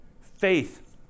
Faith